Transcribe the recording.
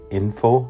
info